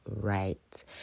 right